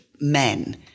men